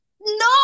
no